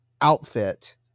outfit